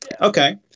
okay